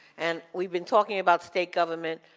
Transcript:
and we've been talking about state government,